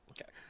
okay